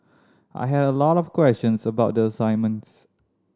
I had a lot of questions about the assignments